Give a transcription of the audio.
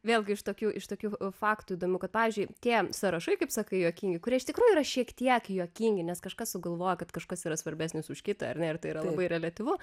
vėlgi iš tokių iš tokių faktų įdomių kad pavyzdžiui tie sąrašai kaip sakai juokingi kurie iš tikrųjų yra šiek tiek juokingi nes kažkas sugalvojo kad kažkas yra svarbesnis už kitą ar ne ir tai yra labai reliatyvu